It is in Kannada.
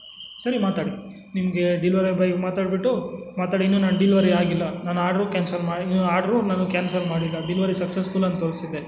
ಸರಿ ಮಾತಾಡಿ ನಿಮಗೆ ಡಿಲ್ವರಿ ಬಾಯ್ಗೆ ಮಾತಾಡಿಬಿಟ್ಟು ಮಾತಾಡಿ ಇನ್ನು ನನ್ಗೆ ಡಿಲ್ವರಿ ಆಗಿಲ್ಲ ನಾನು ಆರ್ಡ್ರು ಕ್ಯಾನ್ಸಲ್ ಮಾಡಿ ಆರ್ಡ್ರು ನಾನು ಕ್ಯಾನ್ಸಲ್ ಮಾಡಿಲ್ಲ ಡಿಲ್ವರಿ ಸಕ್ಸಸ್ಫುಲ್ ಅಂತ ತೋರಿಸ್ತಿದೆ